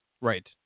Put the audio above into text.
Right